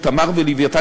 "תמר" ו"לווייתן",